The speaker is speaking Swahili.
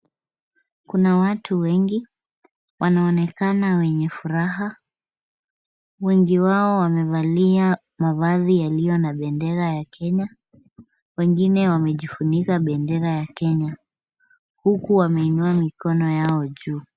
Kuna watu wengi wanaonekana wenye furaha. Wengi wao wamevalia mavazi yaliyo na bendera ya Kenya. Wengine wamejifunika bendera ya Kenya huku wameinua mikono yao juu.